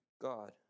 God